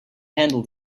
handle